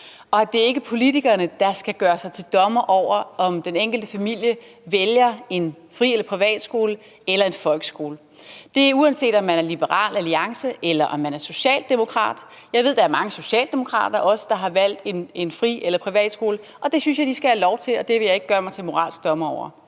ikke er politikerne, der skal gøre sig til dommer over, om den enkelte familie vælger en fri- eller privatskole eller en folkeskole. Det er, uanset om man er fra Liberal Alliance, eller om man er socialdemokrat. Jeg ved, at der er mange socialdemokrater, der også har valgt en fri- eller privatskole, og det synes jeg de skal have lov til. Det vil jeg ikke gøre mig til moralsk dommer over.